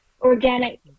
organic